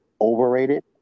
overrated